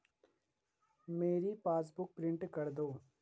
मेरी passbook print कर दो